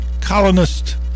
colonist